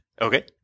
Okay